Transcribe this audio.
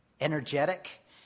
energetic